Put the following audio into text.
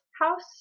house